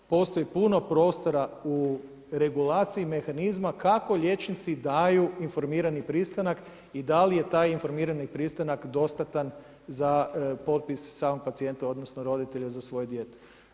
Postoji puno prostora u regulaciji mehanizma kako liječnici daju informirani pristanak i da li je taj informirani pristanak dostatan za potpis samog pacijenta, odnosno roditelja za svoje dijete.